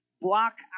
block